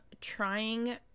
Trying